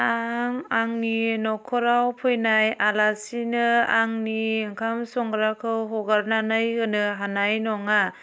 आं आनि नखराव फैनाय आलासिनो आंनि ओंखाम संग्राखौ हगारनानै होनो हानाय नङा